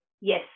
yes